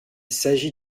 s’agit